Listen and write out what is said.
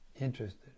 interested